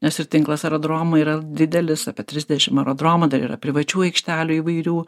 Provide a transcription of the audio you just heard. nes ir tinklas aerodromų yra didelis apie trisdešim aerodromų dar yra privačių aikštelių įvairių